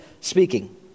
speaking